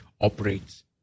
operates